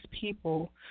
people